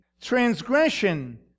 transgression